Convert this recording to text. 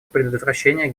предотвращения